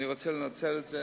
אני רוצה לנצל את זה.